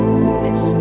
goodness